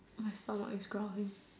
my stomach is growling